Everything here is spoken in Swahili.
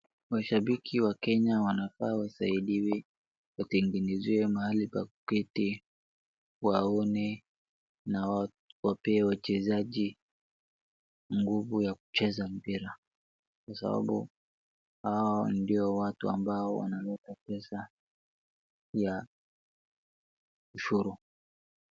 Mashabiki wa Kenya wanafaa wasaidiwe watengenezewe mahali pa kuketi, waone na wapee wachezaji nguvu ya kucheza mpira sababu hao ndio watu ambao wanaleta pesa ya ushuru.